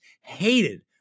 hated